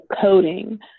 Coding